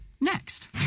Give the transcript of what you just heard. next